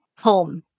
home